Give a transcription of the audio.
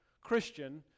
Christian